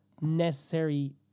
necessary